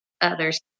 others